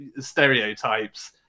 stereotypes